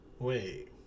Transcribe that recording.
Wait